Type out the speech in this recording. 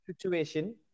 situation